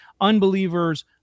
Unbelievers